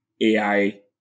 AI